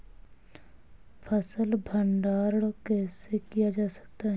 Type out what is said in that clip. फ़सल भंडारण कैसे किया जाता है?